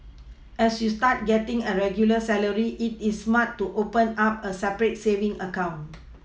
as you start getting a regular salary it is smart to open up a separate savings account